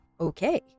Okay